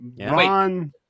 Ron